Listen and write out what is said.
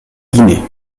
guinée